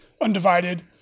undivided